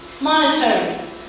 monetary